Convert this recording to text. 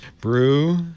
Brew